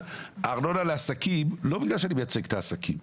ארנונה לעסקים, לא בגלל שאני מייצג את העסקים,